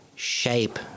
shape